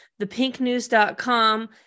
thepinknews.com